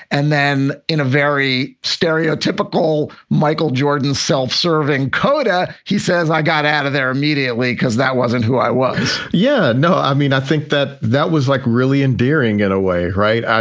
and then in a very stereotypical michael jordan's self-serving coda, he says, i got out of there immediately because that wasn't who i was yeah. no, i mean, i think that that was like really endearing in a way. right.